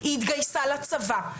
היא התגייסה לצבא,